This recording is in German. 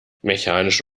mechanisch